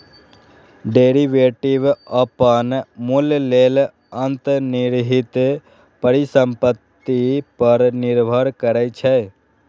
derivative अपन मूल्य लेल अंतर्निहित परिसंपत्ति पर निर्भर करै छै